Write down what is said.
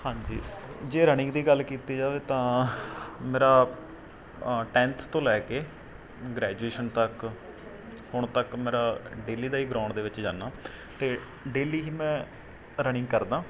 ਹਾਂਜੀ ਜੇ ਰਨਿੰਗ ਦੀ ਗੱਲ ਕੀਤੀ ਜਾਵੇ ਤਾਂ ਮੇਰਾ ਟੈਂਨਥ ਤੋਂ ਲੈ ਕੇ ਗ੍ਰੈਜੂਏਸ਼ਨ ਤੱਕ ਹੁਣ ਤੱਕ ਮੇਰਾ ਡੇਲੀ ਦਾ ਹੀ ਗਰਾਉਂਡ ਦੇ ਵਿੱਚ ਜਾਂਦਾ ਅਤੇ ਡੇਲੀ ਹੀ ਮੈਂ ਰਨਿੰਗ ਕਰਦਾ